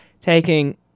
taking